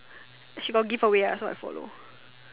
she got give away ah so I follow